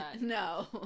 no